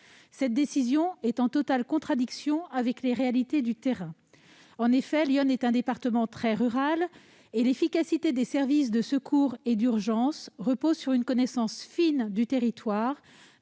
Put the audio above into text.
Cette décision est en totale contradiction avec les réalités du terrain. En effet, l'Yonne est un département très rural, et l'efficacité des services de secours et d'urgence repose sur une connaissance fine du territoire,